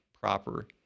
proper